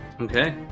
Okay